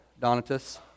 Donatus